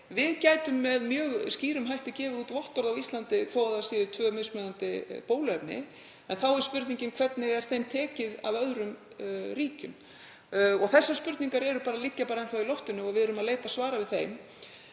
við gætum með mjög skýrum hætti gefið út vottorð á Íslandi þó að það séu tvö mismunandi bóluefni. En þá er spurningin: Hvernig er þeim tekið af öðrum ríkjum? Þessar spurningar liggja enn þá í loftinu og við erum að leita svara við þeim.